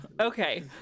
Okay